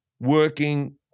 working